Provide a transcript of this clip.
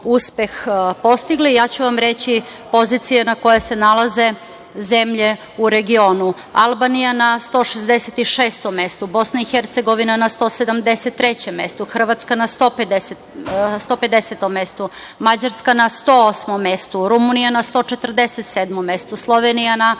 uspeh postigli, ja ću vam reći pozicije na koje se nalazi zemlje u regionu – Albanija na 166. mestu, BiH na 173. mestu, Hrvatska na 150. mestu, Mađarska na 108. mestu, Rumunija na 147. mestu, Slovenija na